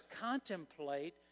contemplate